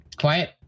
Quiet